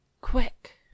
quick